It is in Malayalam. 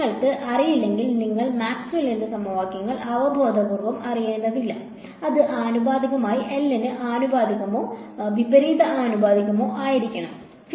നിങ്ങൾക്ക് അറിയില്ലെങ്കിൽ നിങ്ങൾക്ക് മാക്സ്വെല്ലിന്റെ സമവാക്യങ്ങൾ അവബോധപൂർവ്വം അറിയേണ്ടതില്ല അത് ആനുപാതികമായി L ന് ആനുപാതികമോ L ന് വിപരീത അനുപാതമോ ആയിരിക്കണമോ